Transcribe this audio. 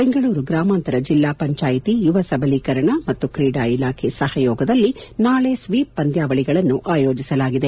ಬೆಂಗಳೂರು ಗ್ರಾಮಾಂತರ ಜಿಲ್ಲಾ ಪಂಚಾಯತಿ ಯುವ ಸಬಲೀಕರಣ ಮತ್ತುಕ್ರೀಡಾ ಇಲಾಖೆ ಸಹಯೋಗದಲ್ಲಿ ನಾಳೆ ಸ್ವೀಪ್ ಪಂದ್ಯಾವಳಿಗಳನ್ನು ಆಯೋಜಿಸಲಾಗಿದೆ